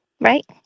Right